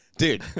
Dude